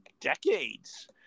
decades